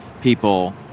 people